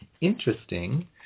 interesting